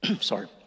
sorry